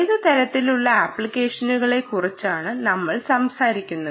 ഏത് തരത്തിലുള്ള ആപ്ലിക്കേഷനുകളെ കുറിച്ചാണ് നമ്മൾ സംസാരിക്കുന്നത്